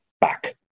back